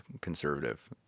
conservative